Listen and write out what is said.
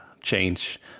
change